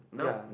ya